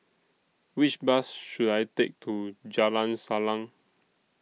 Which Bus should I Take to Jalan Salang